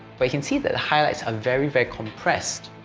but you can see the highlights are very, very compressed,